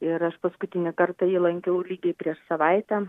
ir aš paskutinį kartą jį lankiau lygiai prieš savaitę